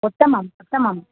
उत्तमम् उत्तमम्